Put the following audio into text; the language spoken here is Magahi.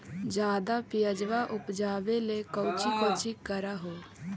ज्यादा प्यजबा उपजाबे ले कौची कौची कर हो?